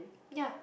ya